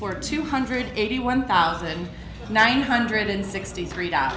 for two hundred eighty one thousand nine hundred sixty three dollar